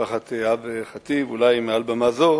למשפחת איהאב ח'טיב מעל במה זו.